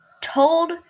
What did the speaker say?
told